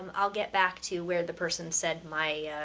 um i'll get back to where the person said my,